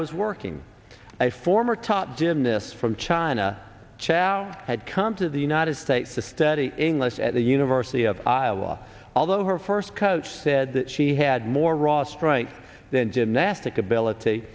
was working my former top gymnast from china chalo had come to the united states to study english at the university of iowa although her first coach said that she had more raw spryte than gymnastic ability